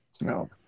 No